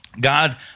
God